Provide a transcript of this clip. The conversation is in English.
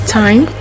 time